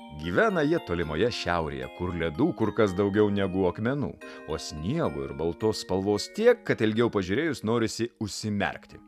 gyvena jie tolimoje šiaurėje kur ledų kur kas daugiau negu akmenų o sniego ir baltos spalvos tiek kad ilgiau pažiūrėjus norisi užsimerkti